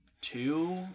two